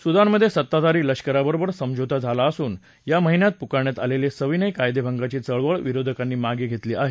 सुदानमधे सत्ताधारी लष्कराबरोबर समझोता झाला असून या महिन्यात पुकारण्यात आलेली सविनय कायदेभंगाची चळवळ विरोधकांनी मागे घेतली आहे